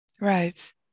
Right